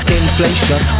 inflation